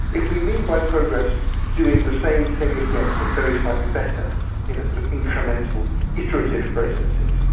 if we mean by progress doing the same thing again but very slightly better in sort of incremental iterative processes,